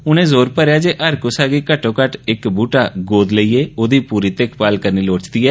उनें जोर पाया जे हर कुसा गी घट्टोघट्ट इक बूहटा गोद लेइयै ओह्दी पूरी दिक्खभाल करनी लोड़चदी ऐ